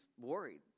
worried